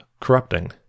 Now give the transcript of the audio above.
corrupting